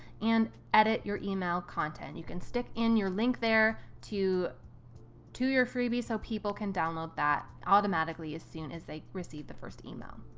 and edit your email content. you can stick in your link there to to your freebie, so people can download that automatically as soon as they received the first email.